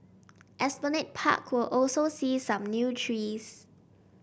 Esplanade Park will also see some new trees